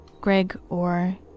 Gregor